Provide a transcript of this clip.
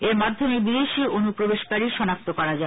এর মাধ্যমে বিদেশী অনুপ্রবেশকারী শনাক্ত করা যাবে